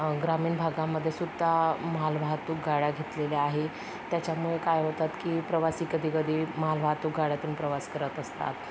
ग्रामीण भागामध्ये सुद्धा माल वाहतूक गाड्या घेतलेल्या आहे त्याच्यामुळे काय होतात की प्रवासी कधी कधी माल वाहतूक गाड्यातून प्रवास करत असतात